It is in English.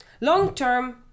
long-term